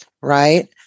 right